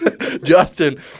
Justin